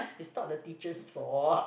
it's not the teacher's fault